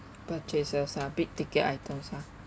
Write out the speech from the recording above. purchases ah big ticket items ah